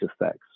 effects